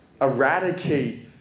eradicate